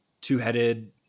two-headed